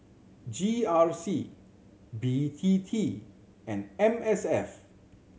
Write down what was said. G R C B T T and M S F